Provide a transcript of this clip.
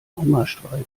hungerstreik